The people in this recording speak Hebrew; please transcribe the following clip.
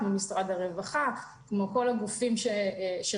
כמו משרד הרווחה,